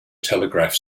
telegraph